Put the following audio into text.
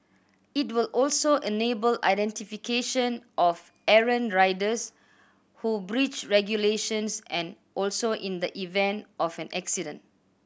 it will also enable identification of errant riders who breach regulations and also in the event of an accident